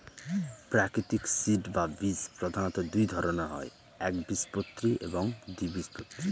প্রাকৃতিক সিড বা বীজ প্রধানত দুই ধরনের হয় একবীজপত্রী এবং দ্বিবীজপত্রী